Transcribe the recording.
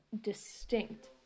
distinct